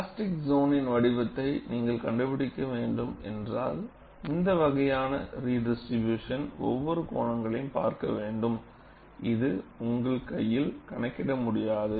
plastic சோனின் வடிவத்தை நீங்கள் கண்டுபிடிக்க வேண்டும் என்றால் இந்த வகையான ரிடிஸ்ட்ரிபியூஷன் ஒவ்வொரு கோணங்களையும் பார்க்க வேண்டும் இது உங்கள் கையில் கணக்கிட முடியாது